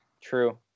True